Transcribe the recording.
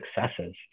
successes